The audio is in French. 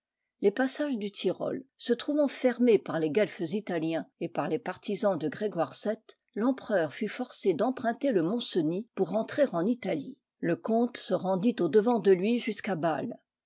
les passages du tyrol se trouvant fermés par les guelfes italiens et par les partisans de grégoire vii l'empereur fut forcé d'emprunter le mont-cenis pour entrer en italie le comte se rendit au-devant de lui jusqu'à bâle